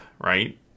right